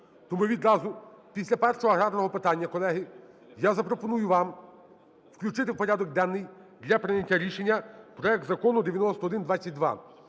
Тому відразу після першого аграрного питання, колеги, я запропоную вам включити в порядок денний для прийняття рішення проект Закону 9122.